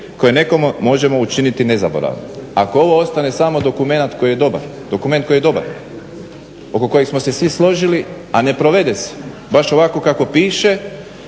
koje nekome možemo učiniti nezaboravnim.", ako ovo ostane samo dokumenat koji je dobar, dokument koji je dobar oko kojeg smo se svi složili, a ne provede se baš ovako kako piše